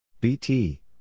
BT